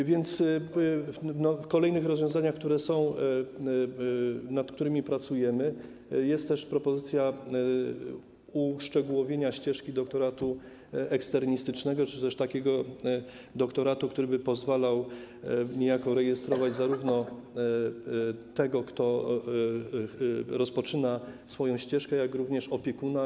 A więc w kolejnych rozwiązaniach, nad którymi pracujemy, jest też propozycja uszczegółowienia ścieżki doktoratu eksternistycznego czy też takiego doktoratu, który by pozwalał niejako rejestrować zarówno tego, kto rozpoczyna swoją ścieżkę, jak i opiekuna.